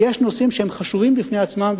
שיש נושאים שחשובים בפני עצמם,